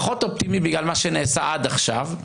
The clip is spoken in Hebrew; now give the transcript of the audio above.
פחות אופטימי בגלל מה שנעשה עד עכשיו.